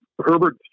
Herbert